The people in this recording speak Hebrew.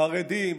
חרדים,